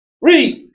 Read